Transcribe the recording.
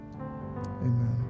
amen